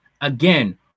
Again